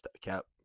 Cap